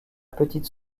petite